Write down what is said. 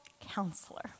counselor